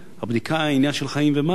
הבדיקה היא עניין של חיים ומוות,